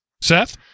Seth